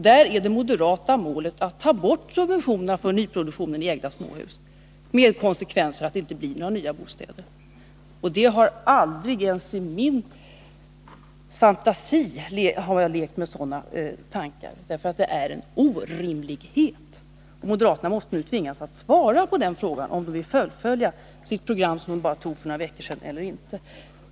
Där är det moderata målet att ta bort subventionerna för nyproducerade ägda småhus — med konsekvensen att det inte blir några nya bostäder! Och jag har aldrig, ens i min fantasi, levt med sådana tankar. Det är ju en orimlighet! Och moderaterna måste nu tvingas svara på frågan om de vill fullfölja sitt program, som de antog för bara några veckor sedan, eller inte.